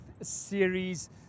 series